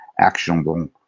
actionable